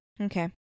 Okay